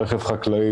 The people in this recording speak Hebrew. רכב חקלאי,